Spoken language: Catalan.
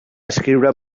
escriure